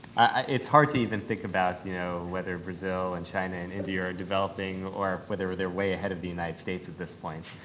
it's hard to even think about you know whether brazil, and china, and india are developing or whether they're way ahead of the united states at this point.